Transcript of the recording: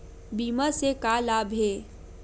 बीमा से का लाभ हे?